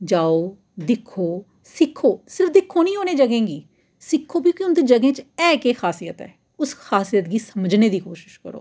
जाओ दिक्खो सिक्खो सिर्फ दिक्खो निं उ'नें जगहें गी सिक्खो क्योंकि उंदे जगहें च ऐ केह् खासियत ऐ उस खासियत गी समझने दी कोशिश करो